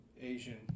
Asian